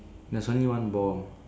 there's only one ball